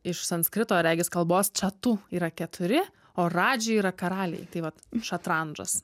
iš sanskrito regis kalbos čiatu yra keturi o radži yra karaliai tai vat šatrandžas